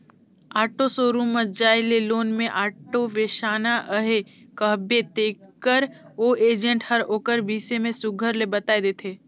auto showroom म जाए के लोन में आॅटो बेसाना अहे कहबे तेकर ओ एजेंट हर ओकर बिसे में सुग्घर ले बताए देथे